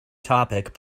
topic